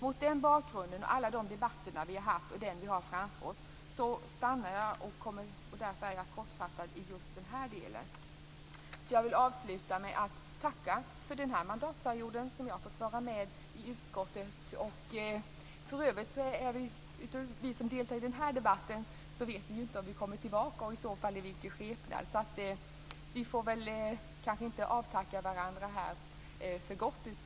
Mot den bakgrunden och alla de debatter som vi haft och den vi har framför oss är jag kortfattad i just denna del. Jag vill avsluta med att tacka för den mandatperiod jag har fått vara med i utskottet. För övrigt vet vi som deltar i den här debatten inte om vi kommer tillbaka och i så fall i vilken skepnad. Vi får kanske inte avtacka varandra här för gott.